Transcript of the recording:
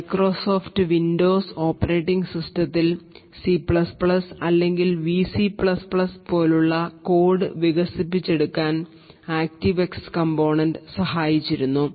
Microsoft Windows operating സിസ്റ്റത്തിൽ C അല്ലെങ്കിൽ VC പോലുള്ള കോഡ് വികസിപ്പിച്ചെടുക്കാൻ Active X component സഹായിച്ചിരുന്നു